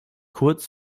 kurz